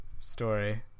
story